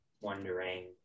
wondering